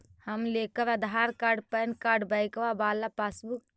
हम लेकर Aadhaar card PAN card बैंकवा वाला पासबुक?